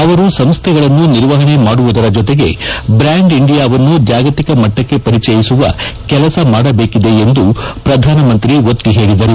ಅವರು ಸಂಸ್ಥೆಗಳನ್ನು ನಿರ್ವಹಣೆ ಮಾಡುವುದರ ಜೊತೆಗೆ ಬ್ರ್ಲಾಂಡ್ ಇಂಡಿಯಾವನ್ನು ಜಾಗತಿಕ ಮಾರುಕಟ್ಟೆಗೆ ಪರಿಚಯಿಸುವ ಕೆಲಸ ಮಾಡಬೇಕಿದೆ ಎಂದು ಪ್ರಧಾನಮಂತ್ರಿ ಒತ್ತಿ ಹೇಳದರು